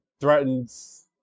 threatens